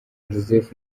joseph